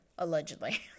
allegedly